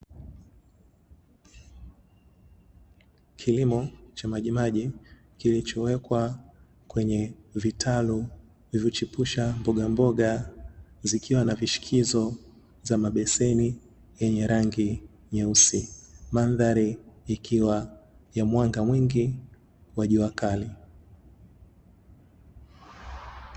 Kilimo cha majimaji kilichowekwa kwenye vitalu vilivyochipusha mbogamboga zikiwa na vishikizo za mabeseni yenye rangi nyeusi. Mandhari ikiwa ya mwanga mwingi wa jua kali.